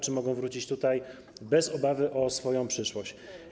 Czy mogą wrócić tutaj bez obawy o swoją przyszłość?